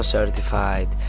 Certified